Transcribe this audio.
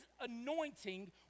anointing